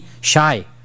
shy